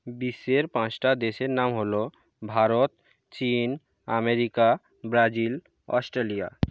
বিশ্বের পাঁসটা দেশের নাম হল ভারত চীন আমেরিকা ব্রাজিল অস্ট্রেলিয়া